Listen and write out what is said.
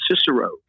Cicero